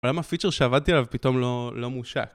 למה הפיצ'ר שעבדתי עליו פתאום לא... לא מושק?